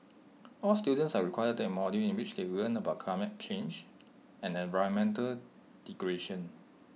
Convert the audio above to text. all students are required to take A module in which they learn about climate change and environmental degradation